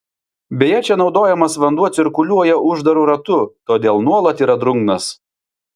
beje čia naudojamas vanduo cirkuliuoja uždaru ratu todėl nuolat yra drungnas